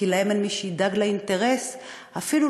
כי להם אין מי שידאג לאינטרס,